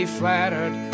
flattered